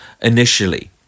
initially